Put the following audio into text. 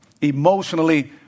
Emotionally